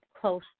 close